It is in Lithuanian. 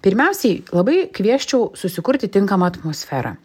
pirmiausiai labai kviesčiau susikurti tinkamą atmosferą